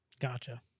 Gotcha